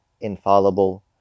infallible